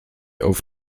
auf